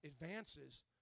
advances